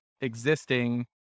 existing